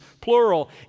plural